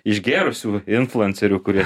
išgėrusių influencerių kurie